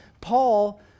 Paul